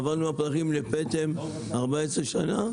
עברנו מהפרחים לפטם 14 שנים,